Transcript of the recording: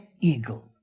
eagle